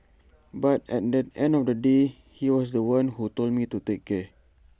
but at the end of the day he was The One who told me to take care